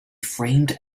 framed